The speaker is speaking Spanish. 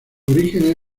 orígenes